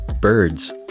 birds